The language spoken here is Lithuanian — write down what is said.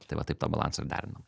tai va taip tą balansą ir derinam